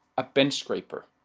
a bench scraper,